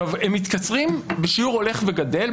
הם מתקצרים בשיעור הולך וגדל.